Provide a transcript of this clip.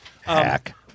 Hack